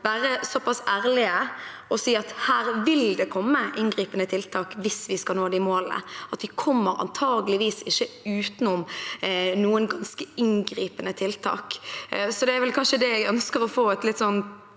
være såpass ærlige og si at her vil det komme inngripende tiltak hvis vi skal nå de målene. Vi kommer antakeligvis ikke utenom noen ganske inngripende tiltak. Det er vel kanskje det jeg ønsker å få et litt